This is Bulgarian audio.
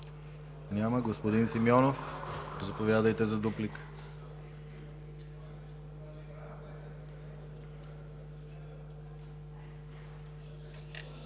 Няма. Господин Байрактаров, заповядайте за дуплика.